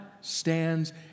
stands